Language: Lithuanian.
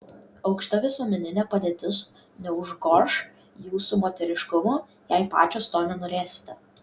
aukšta visuomeninė padėtis neužgoš jūsų moteriškumo jei pačios to nenorėsite